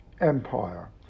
Empire